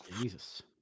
Jesus